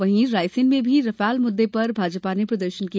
वहीं रायसेन में भी राफेल मुद्दें पर भाजपा ने प्रदर्शन किया